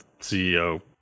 CEO